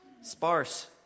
sparse